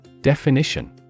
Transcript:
Definition